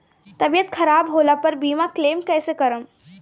तबियत खराब होला पर बीमा क्लेम कैसे करम?